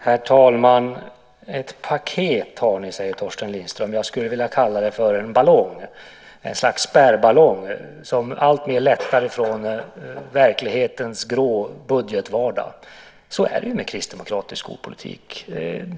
Herr talman! Ett paket har ni, säger Torsten Lindström. Jag skulle vilja kalla det en ballong, ett slags spärrballong, som alltmer lättar från verklighetens grå budgetvardag. Så är det med kristdemokratisk skolpolitik.